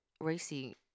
racy